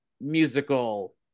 musical